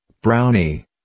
brownie